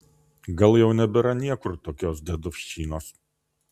gal jau nebėra niekur tokios dedovščinos